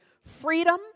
freedom